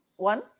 One